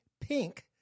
pink